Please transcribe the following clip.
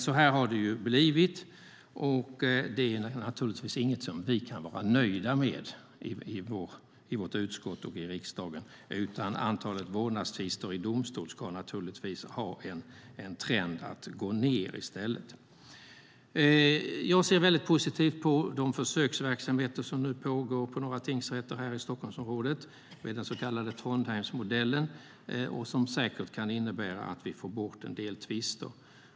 Så har det dock blivit, och det är naturligtvis ingenting vi kan vara nöjda med i vårt utskott och i riksdagen. Antalet vårdnadstvister i domstol ska naturligtvis i stället ha en tendens att gå ned. Jag ser väldigt positivt på de försöksverksamheter som nu pågår på några tingsrätter här i Stockholmsområdet enligt den så kallade Trondheimsmodellen, som säkert kan innebära att vi får bort en del tvister.